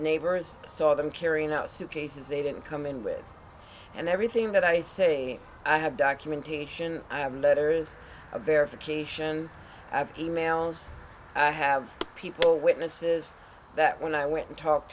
neighbors saw them carrying out suitcases they didn't come in with and everything that i say i have documentation i have letters of verification i have e mails i have people witnesses that when i went and talked